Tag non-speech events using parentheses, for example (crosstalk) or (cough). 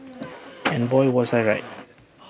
(noise) and boy was I right